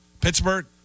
Pittsburgh